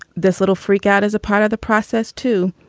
this little freak out as a part of the process, too.